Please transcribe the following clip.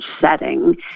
setting